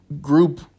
group